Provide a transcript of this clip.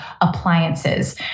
appliances